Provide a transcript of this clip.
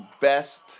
best